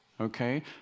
okay